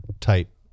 type